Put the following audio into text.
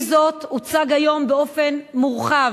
עם זאת, הוצגו היום באופן מורחב,